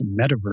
metaverse